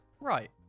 Right